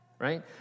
Right